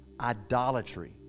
idolatry